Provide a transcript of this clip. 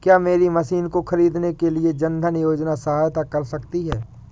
क्या मेरी मशीन को ख़रीदने के लिए जन धन योजना सहायता कर सकती है?